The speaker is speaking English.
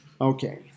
Okay